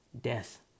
Death